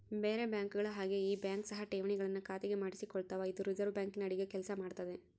ಬೇರೆ ಬ್ಯಾಂಕುಗಳ ಹಾಗೆ ಈ ಬ್ಯಾಂಕ್ ಸಹ ಠೇವಣಿಗಳನ್ನು ಖಾತೆಗೆ ಮಾಡಿಸಿಕೊಳ್ತಾವ ಇದು ರಿಸೆರ್ವೆ ಬ್ಯಾಂಕಿನ ಅಡಿಗ ಕೆಲ್ಸ ಮಾಡ್ತದೆ